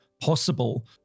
possible